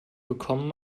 bekommen